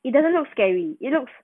it doesn't look scary it lookes